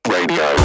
Radio